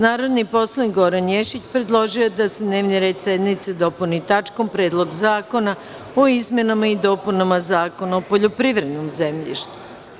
Narodni poslanik Goran Ješić, predložio je da se dnevni red sednice dopuni tačkom – Predlog zakona o izmenama i dopunama Zakona o poljoprivrednom zemljištu.